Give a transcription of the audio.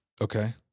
Okay